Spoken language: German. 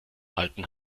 alten